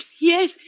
Yes